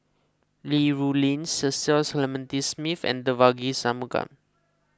Li Rulin Cecil Clementi Smith and Devagi Sanmugam